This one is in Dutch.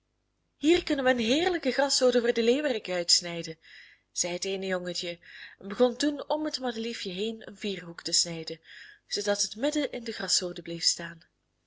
hier kunnen we een heerlijke graszode voor den leeuwerik uitsnijden zei het eene jongetje en begon toen om het madeliefje heen een vierhoek te snijden zoodat het midden in de graszode bleef staan